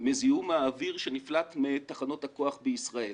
מזיהום האוויר שנפלט מתחנות הכוח בישראל.